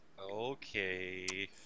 Okay